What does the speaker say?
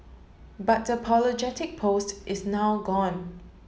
but the apologetic post is now gone